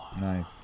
Nice